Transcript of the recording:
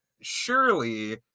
surely